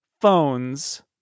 phones